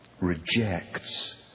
rejects